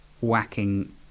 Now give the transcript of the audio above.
whacking